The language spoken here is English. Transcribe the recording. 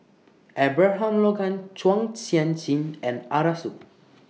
Abraham Logan Chua Sian Chin and Arasu